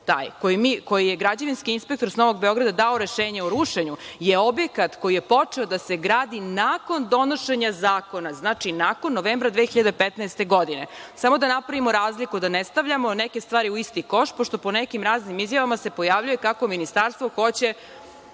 koji je građevinski inspektor s Novog Beograda dao rešenje o rušenju, je objekat koji je počeo da se gradi nakon donošenja zakona, znači nakon novembra 2015. godine. Samo da napravimo razliku, da ne stavljamo neke stvari u isti koš, pošto po nekim raznim izjavama se pojavljuje kako Ministarstvo hoće,